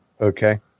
Okay